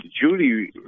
Judy